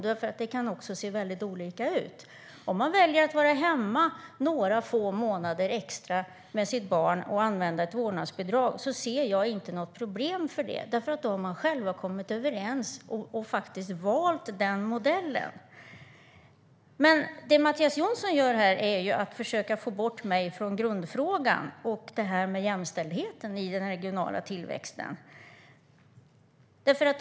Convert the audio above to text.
Det kan nämligen se väldigt olika ut. Om de väljer att vara hemma några få månader extra med sitt barn och använda ett vårdnadsbidrag ser jag inte något problem med det. Då har de kommit överens och faktiskt valt den modellen. Men det Mattias Jonsson gör här är att han försöker få bort mig från grundfrågan och det här med jämställdheten i den regionala tillväxten.